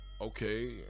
okay